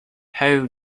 how